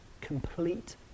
complete